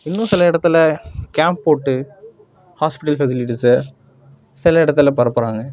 இன்னும் சில இடத்துல கேம்ப் போட்டு ஹாஸ்பெட்டல்ஸ் ஃபெசிலிட்டீஸே சில இடத்துல பரப்புகிறாங்க